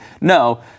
No